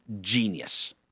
genius